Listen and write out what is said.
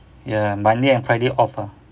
ya monday and friday off ah